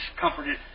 comforted